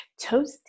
Toasty